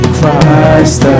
Christ